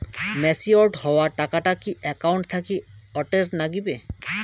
Matured হওয়া টাকাটা কি একাউন্ট থাকি অটের নাগিবে?